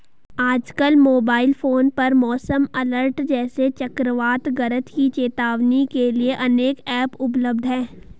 आजकल mobile phone पर मौसम अलर्ट जैसे चक्रवात गरज की चेतावनी के लिए अनेक ऐप उपलब्ध है